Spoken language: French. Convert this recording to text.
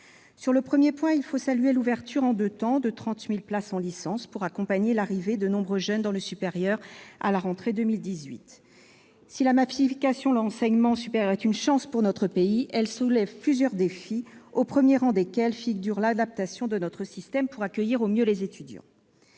Sur le premier point, il faut saluer l'ouverture, en deux temps, de 30 000 places en licence pour accompagner l'arrivée de nombreux jeunes dans le supérieur à la rentrée 2018. Si la massification de l'enseignement supérieur est une chance pour notre pays, elle soulève plusieurs défis, au premier rang desquels figure l'adaptation de notre système pour accueillir au mieux les étudiants.